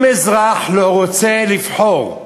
אם אזרח לא רוצה לבחור,